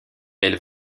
elle